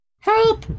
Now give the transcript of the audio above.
Help